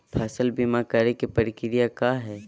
फसल बीमा करे के प्रक्रिया का हई?